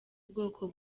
bwoko